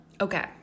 Okay